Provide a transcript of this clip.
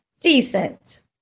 Decent